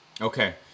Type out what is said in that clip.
Okay